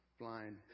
blind